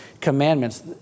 commandments